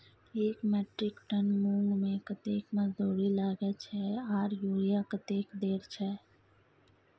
एक metric ton मूंग में कतेक मजदूरी लागे छै आर यूरिया कतेक देर छै?